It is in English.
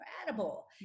incredible